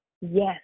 yes